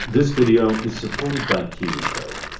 this video is supported by kiwico.